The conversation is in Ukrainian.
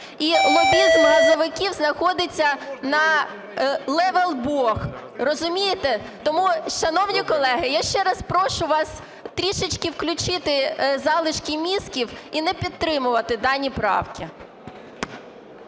І лобізм газовиків знаходиться на "левел бог". Розумієте? Тому, шановні колеги, я ще раз прошу вас трішечки включити залишки мізків і не підтримувати дані правки.